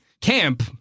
Camp